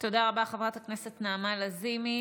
תודה רבה, חברת הכנסת נעמה לזימי,